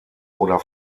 oder